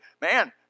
man